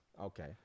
Okay